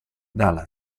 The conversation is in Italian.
dalla